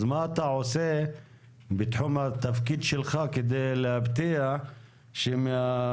אז מה אתה עושה בתחום התפקיד שלך בכדי להבטיח שמהפורום